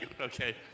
Okay